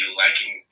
liking